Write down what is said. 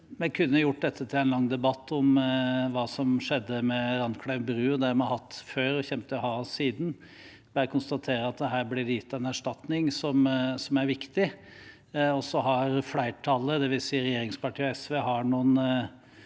Vi kunne ha gjort dette til en lang debatt om hva som skjedde med Randklev bru. Det har vi hatt før, og vi kommer til å ha det siden. Jeg vil bare konstatere at her blir det gitt en erstatning, noe som er viktig. Så har flertallet, det vil si regjeringspartiene og SV,